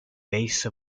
base